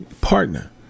partner